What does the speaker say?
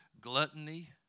gluttony